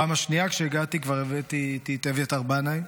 בפעם השנייה שהגעתי כבר הבאתי איתי את אביתר בנאי,